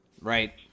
Right